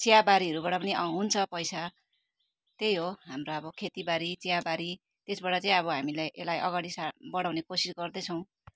चियाबारीहरूबाट पनि अँ हुन्छ पैसा त्यही हो हाम्रो अब खेतीबारी चियाबारी त्यसबाट चाहिँ अब हामीलाई यसलाई अगाडि सार बढाउने कोसिस गर्दैछौँ